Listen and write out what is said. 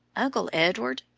uncle edward,